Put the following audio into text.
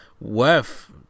worth